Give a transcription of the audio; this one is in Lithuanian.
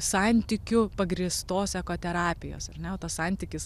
santykiu pagrįstos ekoterapijos ar ne o tas santykis